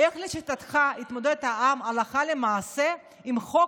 איך לשיטתך יתמודד העם הלכה למעשה עם חוק